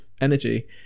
energy